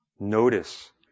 Notice